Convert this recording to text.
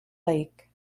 lake